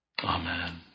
Amen